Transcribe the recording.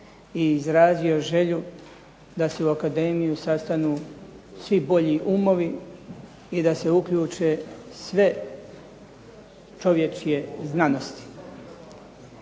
i izrazio želju da se u akademiju sastanu svi bolji umovi i da se uključe sve čovječje znanosti.